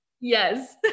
Yes